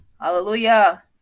Hallelujah